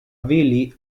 billy